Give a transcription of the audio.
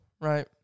right